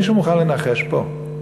מישהו מוכן לנחש פה?